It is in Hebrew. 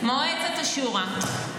מועצת השורא.